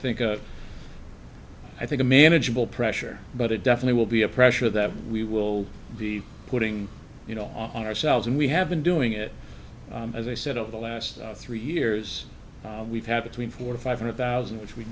think i think a manageable pressure but it definitely will be a pressure that we will be putting you know on ourselves and we have been doing it as i said over the last three years we've had between four or five hundred thousand which we